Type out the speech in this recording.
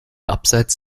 abseits